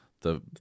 the-